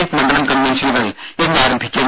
F മണ്ഡലം കൺവൻഷനുകൾ ഇന്ന് ആരംഭിക്കും